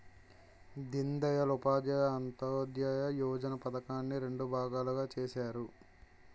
దీన్ దయాల్ ఉపాధ్యాయ అంత్యోదయ యోజన పధకాన్ని రెండు భాగాలుగా చేసారు